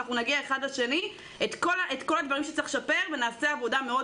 את כל הדברים שיש לשפר ונעשה עבודה מאוד